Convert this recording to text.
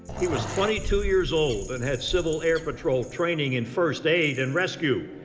he was twenty two years old and had civil air patrol training in first aid and rescue.